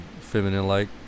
feminine-like